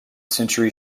century